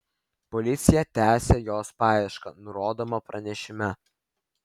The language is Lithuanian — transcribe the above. policija tęsią jos paiešką nurodoma pranešime